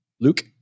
Luke